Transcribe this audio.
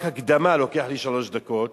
רק הקדמה לוקחת לי שלוש דקות,